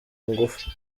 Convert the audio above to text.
ngufu